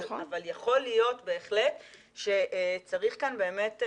אבל יכול להיות בהחלט שצריך כאן באמת,